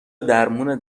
درمون